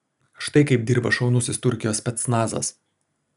štai kaip dirba šaunusis turkijos specnazas